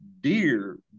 dear